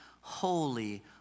holy